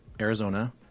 Arizona